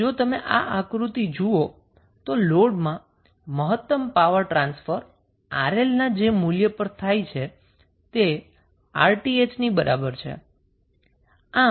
હવે જો તમે આ આક્રુતિ જુઓ તો લોડમાં મહત્તમ પાવર ટ્રાન્સફર 𝑅𝐿 ના જે મૂલ્ય પર થાય છે તે 𝑅𝑇ℎ ની બરાબર છે